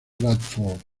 bradford